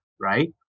right